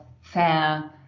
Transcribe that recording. fair